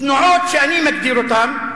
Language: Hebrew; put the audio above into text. תנועות שאני מגדיר אותן,